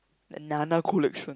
the nana collection